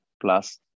plus